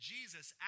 Jesus